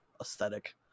aesthetic